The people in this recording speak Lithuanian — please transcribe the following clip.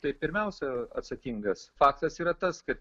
tai pirmiausia atsakingas faktas yra tas kad